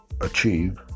achieve